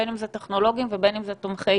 בין אם זה טכנולוגיים ובין אם זה תומכי